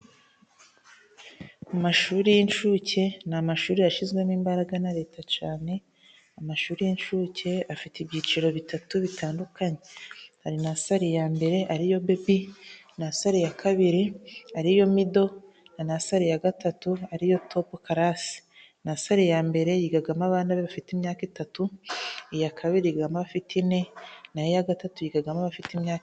Mu mashuri y'inshuke ni 'amashuri yashyizwemo imbaraga na leta cyane amashuri y'inshuke afite ibyiciro bitatu bitandukanye :hari na sariya mbere ariyo bebi, nasali ya kabiri ari yo mido, nasali ya gatatu ariyo topu karasi. Nasali ya mbere yigamo abana bafite: imyaka itatu, iya kabiri ,yigamo abafite imyaka ine na aya gatatu yigagamofite imyaka